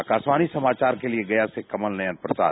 आकाशवाणी समाचार के लिए गया से कमल नयन प्रसाद